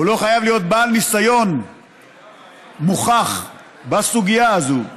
הוא לא חייב להיות בעל ניסיון מוכח בסוגיה הזאת,